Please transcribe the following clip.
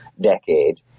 decade